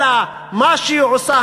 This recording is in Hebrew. אלא מה שהיא עושה,